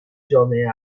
جامعه